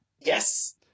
Yes